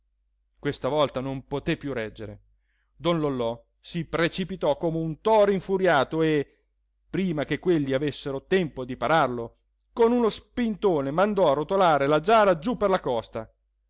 questa volta non poté più reggere don lollò si precipitò come un toro infuriato e prima che quelli avessero tempo di pararlo con uno spintone mandò a rotolare la giara giù per la costa